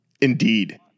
Indeed